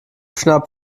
schnapp